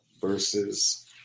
versus